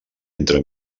entre